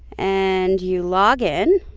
and you log in.